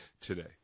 today